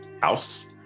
house